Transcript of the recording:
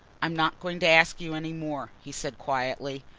i'm not going to ask you any more, he said quietly.